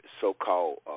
so-called